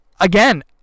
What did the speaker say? again